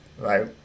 right